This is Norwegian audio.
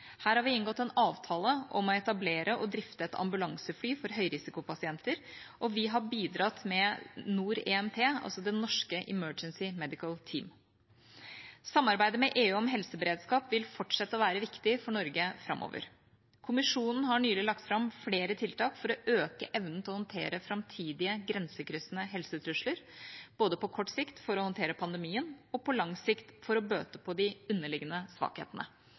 Her har vi inngått en avtale om å etablere og drifte et ambulansefly for høyrisikopasienter, og vi har bidratt med NOR EMT, altså det norske Emergency Medical Team. Samarbeidet med EU om helseberedskap vil fortsette å være viktig for Norge framover. Kommisjonen har nylig lagt fram flere tiltak for å øke evnen til å håndtere framtidige grensekryssende helsetrusler, både på kort sikt for å håndtere pandemien og på lang sikt for å bøte på de underliggende svakhetene.